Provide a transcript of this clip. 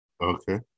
Okay